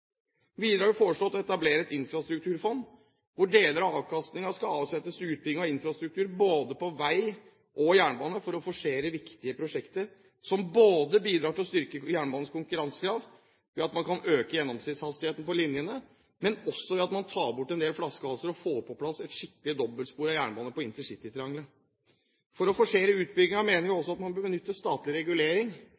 Videre har vi foreslått å etablere et infrastrukturfond, hvor deler av avkastningen skal avsettes til utbygging av infrastruktur både på vei og jernbane, for å forsere viktige prosjekter som bidrar til å styrke jernbanens konkurransekraft ved at man kan øke gjennomsnittshastigheten på linjene, og også ved at man tar bort en del flaskehalser og får på plass en skikkelig dobbeltsporet jernbane på intercitytriangelet. For å forsere utbyggingen mener vi